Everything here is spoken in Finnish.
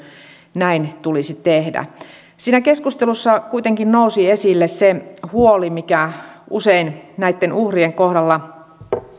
näin tulisi tehdä siinä keskustelussa kuitenkin nousi esille se huoli mikä usein näitten uhrien kohdalla